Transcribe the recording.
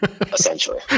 Essentially